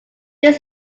their